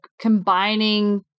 combining